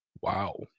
Wow